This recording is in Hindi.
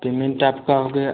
पेमेंट आपका हो गया